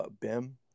Bim